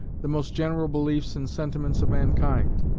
the most general beliefs and sentiments of mankind.